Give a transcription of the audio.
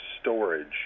storage